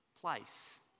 place